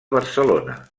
barcelona